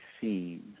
seen